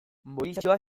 mobilizazioa